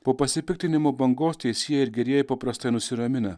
po pasipiktinimų bangos teisieji ir gerieji paprastai nusiramina